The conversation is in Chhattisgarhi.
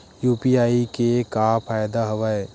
यू.पी.आई के का फ़ायदा हवय?